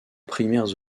primaires